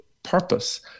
purpose